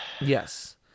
Yes